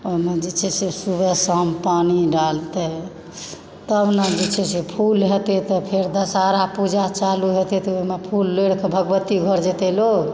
ओहिमे जे छै से सुबह शाम पानी डालतय तब न जे छै से फूल हेतय तऽ फेर दशहरा पूजा चालू हेतय तऽ ओहिमे फूल लोढ़िके भगवती घर जेतय लोग